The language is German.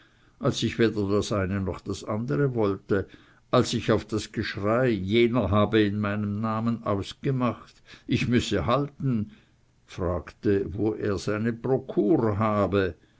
als ich weder das eine noch das andere wollte als ich auf das geschrei jener habe in meinem namen ausgemacht ich müsse halten fragte wo er seine prokur habe